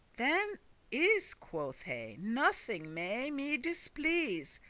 then is, quoth he, nothing may me displease,